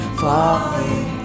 falling